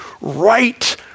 right